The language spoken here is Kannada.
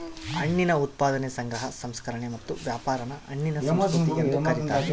ಹಣ್ಣಿನ ಉತ್ಪಾದನೆ ಸಂಗ್ರಹ ಸಂಸ್ಕರಣೆ ಮತ್ತು ವ್ಯಾಪಾರಾನ ಹಣ್ಣಿನ ಸಂಸ್ಕೃತಿ ಎಂದು ಕರೀತಾರ